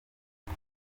nta